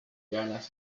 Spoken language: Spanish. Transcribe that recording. gana